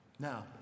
Now